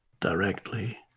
directly